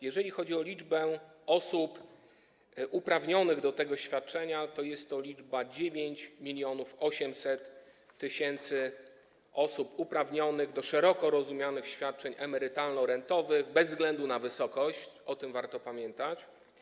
Jeżeli chodzi o liczbę osób uprawnionych do tego świadczenia, to jest to liczba 9,8 mln osób uprawnionych do szeroko rozumianych świadczeń emerytalno-rentowych bez względu na wysokość, o tym warto pamiętać.